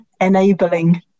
enabling